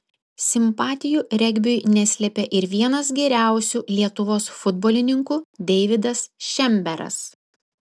simpatijų regbiui neslėpė ir vienas geriausių lietuvos futbolininkų deividas šemberas